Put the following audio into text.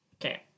okay